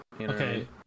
Okay